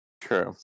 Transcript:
True